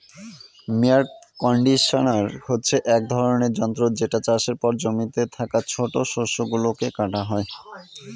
mower conditioner হচ্ছে এক ধরনের যন্ত্র যেটা চাষের পর জমিতে থাকা ছোট শস্য গুলোকে কাটা হয়